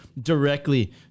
directly